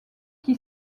qui